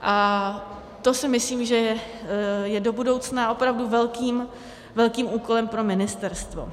A to si myslím, že je do budoucna opravdu velkým úkolem pro ministerstvo.